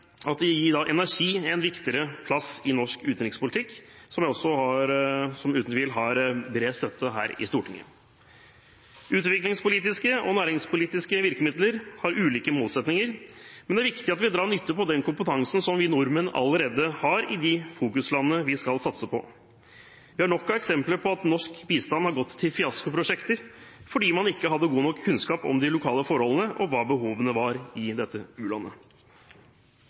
energi en viktigere plass i norsk utenrikspolitikk, som uten tvil har bred støtte her i Stortinget. Utviklingspolitiske og næringspolitiske virkemidler har ulike målsettinger, men det er viktig at vi drar nytte av den kompetansen som vi nordmenn allerede har i de fokuslandene vi skal satse på. Vi har nok av eksempler på at norsk bistand har gått til fiaskoprosjekter fordi man ikke hadde god nok kunnskap om de lokale forholdene og hva behovene var i dette